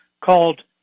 called